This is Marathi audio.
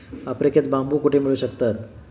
आफ्रिकेत बांबू कुठे मिळू शकतात?